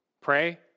Pray